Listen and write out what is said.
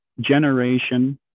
generation